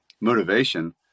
motivation